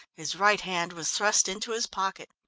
his right hand was thrust into his pocket.